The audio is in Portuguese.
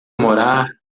morar